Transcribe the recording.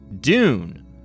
Dune